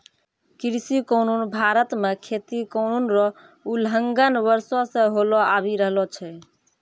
कृषि कानून भारत मे खेती कानून रो उलंघन वर्षो से होलो आबि रहलो छै